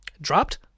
Dropped